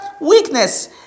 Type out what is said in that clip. weakness